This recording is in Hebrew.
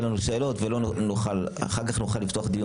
לנו שאלות ולא נוכל אחר כך נוכל לפתוח דיון.